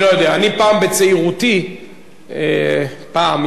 אני פעם, בצעירותי, פעם מזמן,